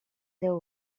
déu